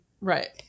right